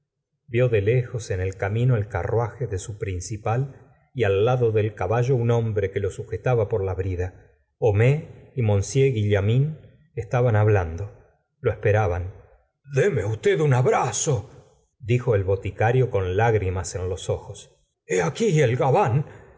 vió de lejos en el camino el carruaje de su principal y al lado del caballo un hombre que lo sujetaba por la brida homais y monsieur guillaumin estaban hablando lo esperaban deme usted un abrazo dijo el boticario con lágrimas en los ojos hé aquí el gabán